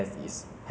benefits